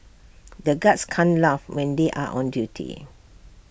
the guards can't laugh when they are on duty